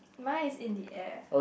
mine is in the air